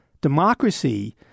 Democracy